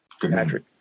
Patrick